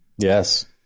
Yes